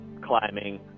climbing